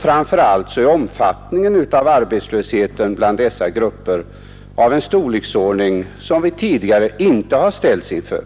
Framför allt är omfattningen av arbetslösheten i dessa grupper av en storleksordning som vi tidigare inte har ställts inför.